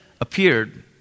appeared